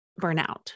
burnout